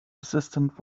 assistant